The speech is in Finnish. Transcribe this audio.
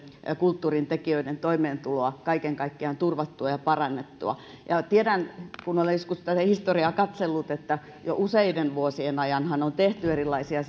kulttuurintekijöiden toimeentuloa kaiken kaikkiaan turvattua ja parannettua tiedän kun olen joskus tätä historiaa katsellut että jo useiden vuosien ajanhan on tehty erilaisia